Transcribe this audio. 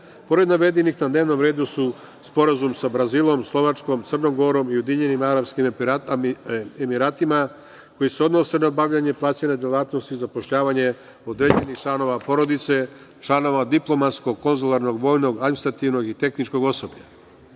itd. Pored navedenih na dnevnom redu su Sporazum sa Brazilom, Slovačkom, Crnom Gorom, Ujedinjenim Arapskim Emiratima, koji se odnose na bavljenje delatnosti zapošljavanja određenih članova porodice, članova diplomatskog konzularnog, vojnog, administrativnog i tehničkog osoblja.U